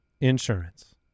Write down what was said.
insurance